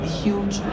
huge